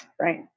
Right